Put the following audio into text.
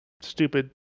stupid